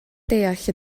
deall